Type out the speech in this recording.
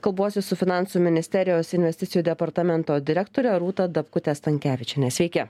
kalbuosi su finansų ministerijos investicijų departamento direktore rūta dapkute stankevičiene sveiki